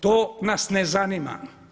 To nas ne zanima.